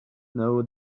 know